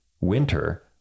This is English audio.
winter